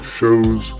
shows